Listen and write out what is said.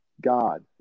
God